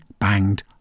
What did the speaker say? banged